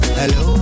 hello